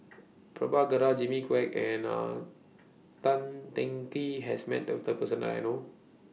Prabhakara Jimmy Quek and A Tan Teng Kee has Met This Person that I know of